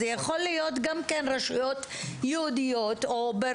זה יכול להיות גם רשויות יהודיות או עם